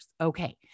Okay